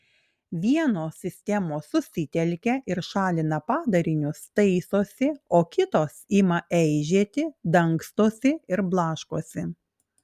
vienos sistemos susitelkia ir šalina padarinius taisosi o kitos ima eižėti dangstosi ir blaškosi